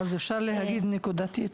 אז אפשר להגיד נקודתית,